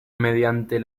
mediante